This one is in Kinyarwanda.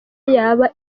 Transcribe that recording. yaba